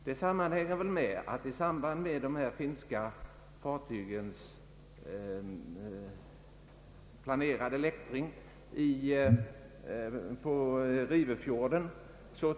Det sammanhänger väl med den aktualitet som frågan fick i samband med de finska fartygens planerade läktring på Rivöfjorden.